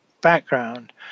background